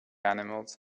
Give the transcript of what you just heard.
animals